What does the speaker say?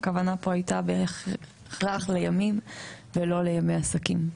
הכוונה הייתה בהכרח לימים ולא לימי עסקים.